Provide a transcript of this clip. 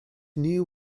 new